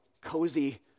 cozy